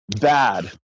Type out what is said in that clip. bad